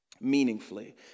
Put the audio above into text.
meaningfully